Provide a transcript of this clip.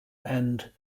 and